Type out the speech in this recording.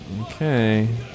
Okay